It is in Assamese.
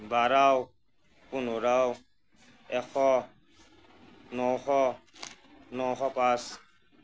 বাৰ পোন্ধৰ এশ নশ নশ পাঁচ